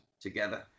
together